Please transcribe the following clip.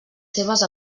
seves